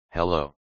Hello